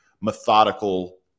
methodical